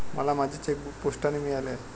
मला माझे चेकबूक पोस्टाने मिळाले आहे